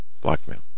Blackmail